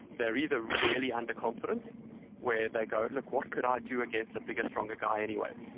they're either really under-confident where they go, look, what could i do against a bigger, stronger guy anyway?